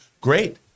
great